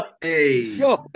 Hey